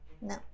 No